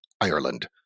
Ireland